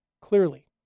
clearly